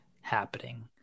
happening